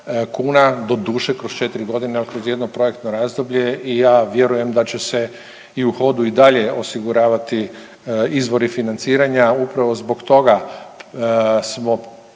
kuna, doduše kroz 4.g., al kroz jedno projektno razdoblje i ja vjerujem da će se u hodu i dalje osiguravati izvori financiranja. Upravo zbog toga smo